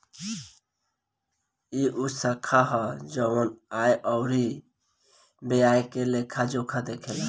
ई उ शाखा ह जवन आय अउरी व्यय के लेखा जोखा देखेला